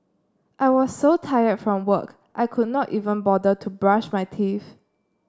I was so tired from work I could not even bother to brush my teeth